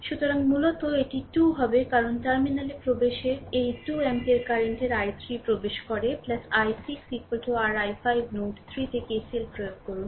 সুতরাং মূলত এটি 2 হবে কারণ টার্মিনালে প্রবেশের এই 2 অ্যাম্পিয়ার কারেন্টের i3 এ প্রবেশ করে i6 r i5 নোড 3 তে KCL প্রয়োগ করুন